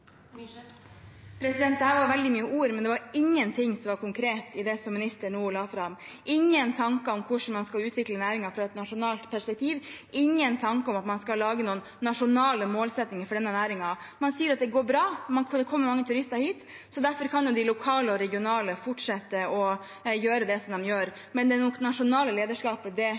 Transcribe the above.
var veldig mange ord, men det var ingenting som var konkret i det ministeren nå la fram – ingen tanker om hvordan man skal utvikle næringen i et nasjonalt perspektiv, ingen tanker om at man skal lage noen nasjonale målsettinger for denne næringen. Man sier at det går bra, det kommer mange turister hit, så derfor kan de lokale og regionale fortsette å gjøre det de gjør. Det nasjonale lederskapet forblir borte, og det